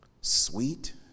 sweet